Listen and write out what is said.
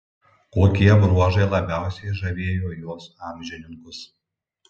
kokie bruožai labiausiai žavėjo jos amžininkus